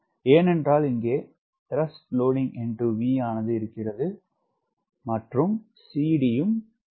ஏனென்றால் இங்கே TWVஆனது இருக்கிறது மற்றும் CD யும் அங்கே இருக்கிறது